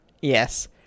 yes